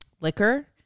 liquor